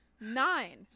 nine